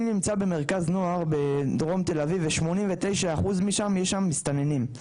אני נמצא במרכז נוער בדרום תל אביב ו-89 אחוז משם יש שם מסתננים,